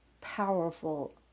powerful